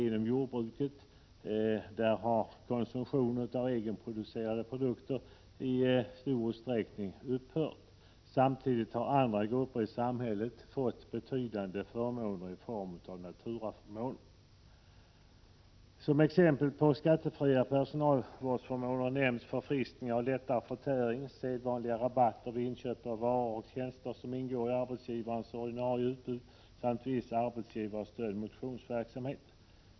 Inom jordbruket har konsumtion av egenproducerade produkter i stor utsträckning upphört. Samtidigt har andra grupper i samhället fått betydande naturaförmåner. Som exempel på skattefria personalvårdsförmåner nämns förfriskningar och lättare förtäring, sedvanliga rabatter vid inköp av varor och tjänster som ingår i arbetsgivarens ordinarie utbud samt viss arbetsgivarstödd motionsverksamhet.